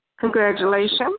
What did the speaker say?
Congratulations